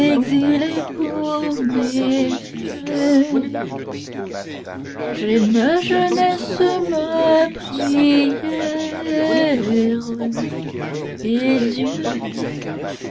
je me mis